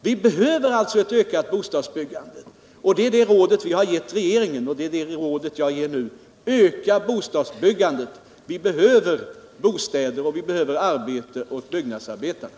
Vi behöver alltså ett ökat bostadsbyggande, och det råd vi har givit regeringen och som jag ger nu är: Öka bostadsbyggandet! Vi behöver bostäder, och vi behöver arbete åt byggnadsarbetarna.